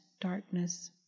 darkness